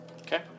Okay